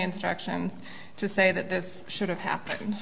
instructions to say that this should have happened